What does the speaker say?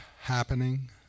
happening